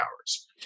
hours